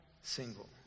single